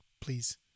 Please